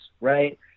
right